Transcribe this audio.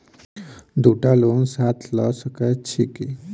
दु टा लोन साथ लऽ सकैत छी की?